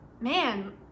man